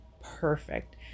perfect